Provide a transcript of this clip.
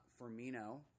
Firmino